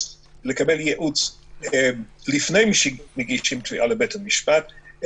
לקבל ייעוץ לפני שמגישים תביעה לבית המשפט,